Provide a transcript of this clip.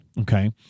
Okay